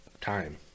time